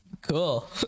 cool